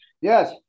yes